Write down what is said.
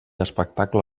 espectacle